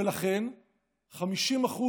ולכן 50%,